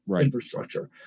infrastructure